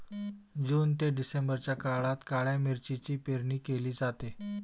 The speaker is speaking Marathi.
जून ते डिसेंबरच्या काळात काळ्या मिरीची पेरणी केली जाते